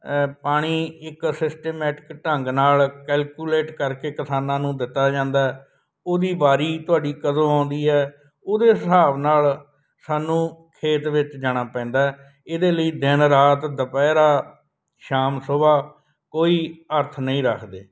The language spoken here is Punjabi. ਪਾਣੀ ਇੱਕ ਸਿਸਟੇਮੈਟਿਕ ਢੰਗ ਨਾਲ ਕੈਲਕੂਲੇਟ ਕਰਕੇ ਕਿਸਾਨਾਂ ਨੂੰ ਦਿੱਤਾ ਜਾਂਦਾ ਉਹਦੀ ਵਾਰੀ ਤੁਹਾਡੀ ਕਦੋਂ ਆਉਂਦੀ ਹੈ ਉਹਦੇ ਹਿਸਾਬ ਨਾਲ ਸਾਨੂੰ ਖੇਤ ਵਿੱਚ ਜਾਣਾ ਪੈਂਦਾ ਇਹਦੇ ਲਈ ਦਿਨ ਰਾਤ ਦੁਪਹਿਰਾ ਸ਼ਾਮ ਸੁਬਹਾ ਕੋਈ ਅਰਥ ਨਹੀਂ ਰੱਖਦੇ